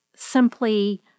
Simply